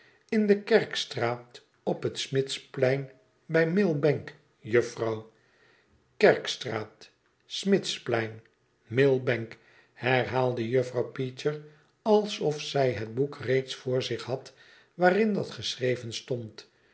in de kerkstraat op het smidsplein bij millbank juffrouw kerkstraat smidbsplein millbank herhaalde juffrouw peecher alsof zij het boek reeds voor zich had waarin dat geschreven stond